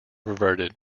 reverted